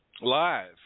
Live